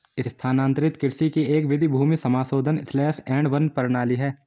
स्थानांतरित कृषि की एक विधि भूमि समाशोधन स्लैश एंड बर्न प्रणाली है